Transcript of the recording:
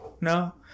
no